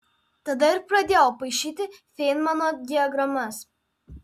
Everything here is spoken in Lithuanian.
tada ir pradėjau paišyti feinmano diagramas